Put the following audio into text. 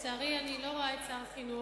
לצערי, אני לא רואה את שר החינוך,